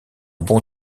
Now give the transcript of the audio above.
bon